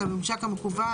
לממשק המקוון,